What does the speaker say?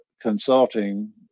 consulting